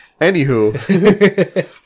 Anywho